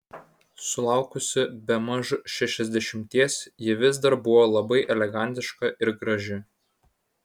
sulaukusi bemaž šešiasdešimties ji vis dar buvo labai elegantiška ir graži